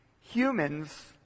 humans